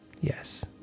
yes